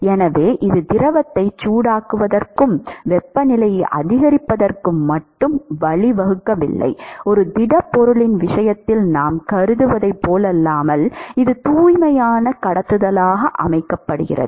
எனவே இது திரவத்தை சூடாக்குவதற்கும் வெப்பநிலையை அதிகரிப்பதற்கும் மட்டும் வழிவகுக்கவில்லை ஒரு திடப்பொருளின் விஷயத்தில் நாம் கருதுவதைப் போலல்லாமல் இது தூய்மையான கடத்துதலாகும்